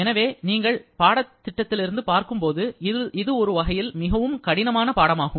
எனவே நீங்கள் பாடத்திட்டத்திலிருந்து பார்க்கும் பொழுது இது ஒரு வகையில் மிகவும் கடினமான பாடமாகும்